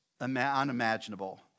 unimaginable